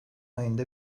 ayında